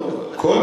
נו, בסדר.